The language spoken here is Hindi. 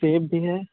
सेब भी है